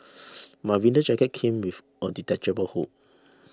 my winter jacket came a detachable hood